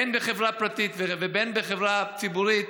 בין בחברה פרטית ובין בחברה ציבורית,